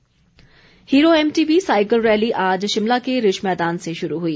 cycle rally Hero MTB cycle rally आज शिमला के Ridge मैदान से शुरू हुई